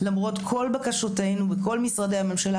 למרות כל בקשותינו בכל משרדי הממשלה,